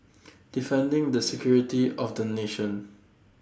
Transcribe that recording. defending the security of the nation